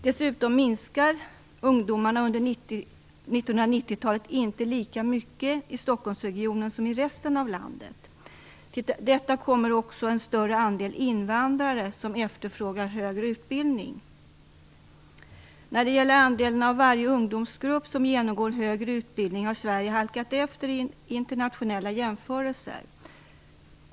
Dessutom minskar antalet ungdomar under 1990-talet inte lika mycket i Stockholmsregionen som i resten av landet. Till detta kommer också en större andel invandrare som efterfrågar högre utbildning. När det gäller andelen av varje ungdomsgrupp som genomgår högre utbildning har Sverige halkat efter vid internationella jämförelser.